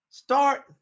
Start